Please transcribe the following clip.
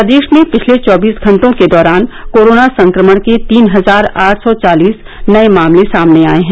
प्रदेश में पिछले चौबीस घंटों के दौरान कोरोना संक्रमण के तीन हजार आठ सौ चालीस नए मामले सामने आए हैं